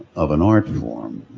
of an art form.